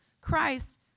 Christ